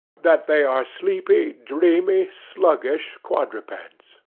that they are sleepy, dreamy, sluggish quadrupeds.